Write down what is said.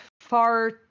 far